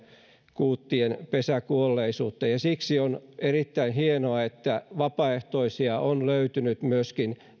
kuuttien pesäkuolleisuutta siksi on erittäin hienoa että vapaaehtoisia on löytynyt myöskin